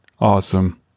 Awesome